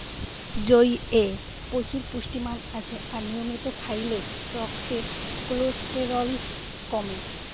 জইয়ে প্রচুর পুষ্টিমান আছে আর নিয়মিত খাইলে রক্তের কোলেস্টেরল কমে